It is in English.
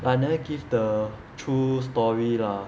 I never give the true story lah